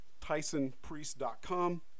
TysonPriest.com